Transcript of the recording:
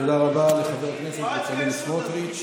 תודה רבה לחבר הכנסת בצלאל סמוטריץ'.